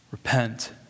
Repent